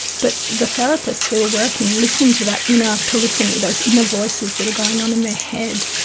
but the therapists who are working listen to that inner polyphony, those inner voices that are going on in there head,